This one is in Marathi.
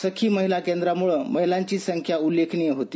सखी महिला केंद्रामुळं महिलांची संख्या उल्लेखनीय होती